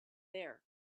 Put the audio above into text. there